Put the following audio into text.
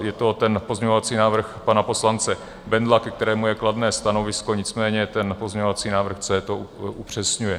Je to ten pozměňovací návrh pana poslance Bendla, ke kterému je kladné stanovisko, nicméně ten pozměňovací návrh C to upřesňuje.